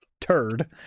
turd